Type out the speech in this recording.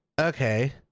Okay